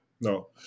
no